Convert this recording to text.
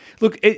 look